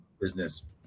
business